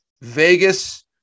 Vegas